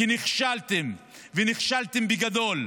כי נכשלתם, ונכשלתם בגדול.